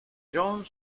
john